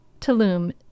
Tulum